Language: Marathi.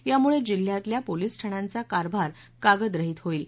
यामुळे जिल्ह्यातल्या पोलीस ठाण्यांचा कारभार कागदरहित होईल